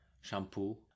shampoo